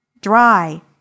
dry